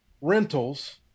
rentals